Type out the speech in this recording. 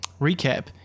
recap